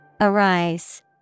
Arise